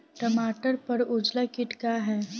टमाटर पर उजला किट का है?